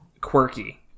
quirky